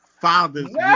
fathers